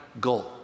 goal